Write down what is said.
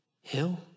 hill